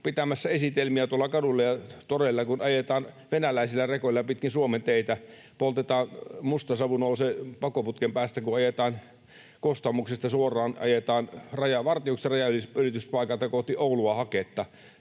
pitämässä esitelmiä tuolla kaduilla ja toreilla, kun ajetaan venäläisillä rekoilla pitkin Suomen teitä, poltetaan, musta savu nousee pakoputken päästä, kun ajetaan haketta Kostamuksesta suoraan rajanylityspaikalta kohti Oulua.